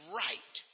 right